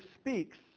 speaks